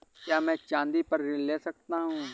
क्या मैं चाँदी पर ऋण ले सकता हूँ?